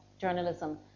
journalism